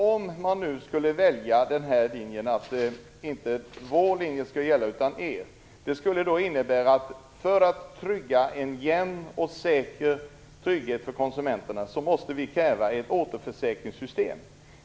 Om man nu skulle välja att bara en linje skall gälla, skulle det innebära att vi för att säkra en jämn trygghet för konsumenterna måste kräva ett återförsäkringssystem.